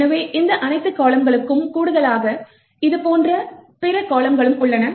எனவே இந்த அனைத்து கால்லம்களுக்கும் கூடுதலாக இது போன்ற பிற கால்லம்களும் உள்ளன